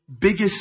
biggest